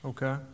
Okay